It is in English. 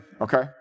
okay